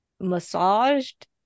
massaged